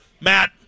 matt